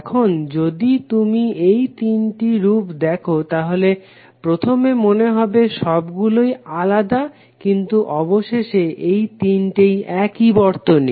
এখন যদি তুমি এই তিনটি রূপ দেখো তাহলে প্রথমে মনে হবে সবগুলই আলাদা কিন্তু অবশেষে এই তিনটেই একই বর্তনী